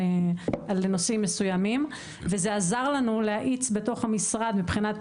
נושאים מסוימים וזה עזר לנו להאיץ בתוך המשרד מבחינת